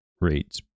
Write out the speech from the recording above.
rates